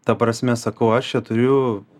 ta prasme sakau aš čia turiu